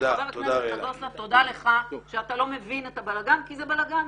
וחבר הכנסת נגוסה תודה לך שאתה לא מבין את הבלאגן כי זה בלאגן.